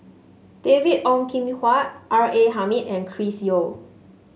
David Ong Kim Huat R A Hamid and Chris Yeo